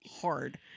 hard